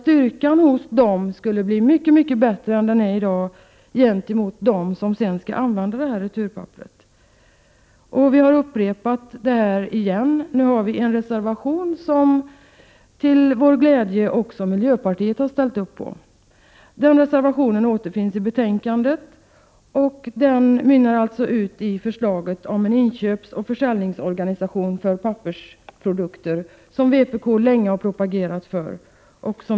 Därmed skulle de uppvisa en helt annan styrka än vad som i dag är fallet gentemot dem som sedan skall använda returpapperet. Vi har upprepat vårt krav — den här gången i en reservation, som också miljöpartiet till vår glädje har anslutit sig till. Reservationen återfinns således i betänkandet, och den mynnar ut i ett förslag om en inköpsoch försäljningsorganisation för pappersprodukter. Det är något som vpk länge har propagerat för.